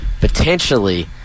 potentially